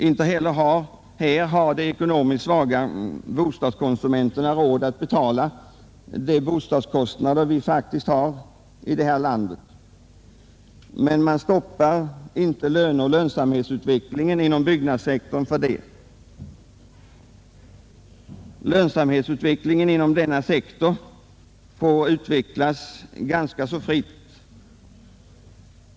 Inte heller där har de ekonomiskt svaga konsumenterna råd att betala de bostadskostnader, som faktiskt förekommer i vårt land, men trots detta stoppas inte löneoch lönsamhetsutvecklingen inom byggnadssektorn. Lönsamhetsutvecklingen inom denna sektor får utvecklas ganska fritt.